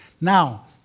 Now